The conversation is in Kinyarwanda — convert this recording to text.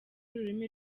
ururimi